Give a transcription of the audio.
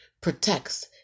protects